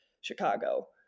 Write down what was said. Chicago